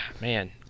man